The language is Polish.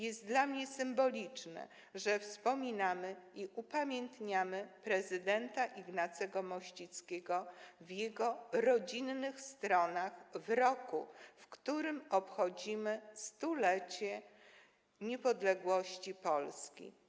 Jest dla mnie symboliczne, że wspominamy i upamiętniamy prezydenta Ignacego Mościckiego w jego rodzinnych stronach w roku, w którym obchodzimy 100. lecie niepodległości Polski.